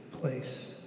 place